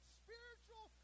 spiritual